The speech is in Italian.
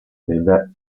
vive